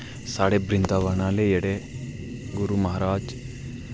साढ़े बृंदाबन आह्ले जेह्ड़े गुरु माहराज